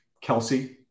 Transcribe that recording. Kelsey